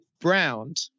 Browned